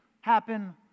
happen